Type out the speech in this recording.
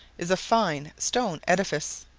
is a fine stone edifice,